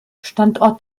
standort